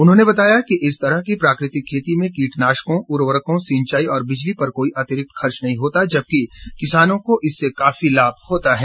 उन्होंने बताया कि इस तरह की प्राकृतिक खेती में कीटनाशकों उर्वरकों सिंचाई और बिजली पर कोई अतिरिक्त खर्च नहीं होता जबकि किसानों को इससे काफी लाभ होता है